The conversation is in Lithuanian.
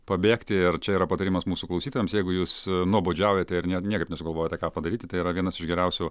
pabėgti ir čia yra patarimas mūsų klausytojams jeigu jūs nuobodžiaujate ir ne niekaip nesugalvojate ką padaryti tai yra vienas iš geriausių